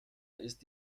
ist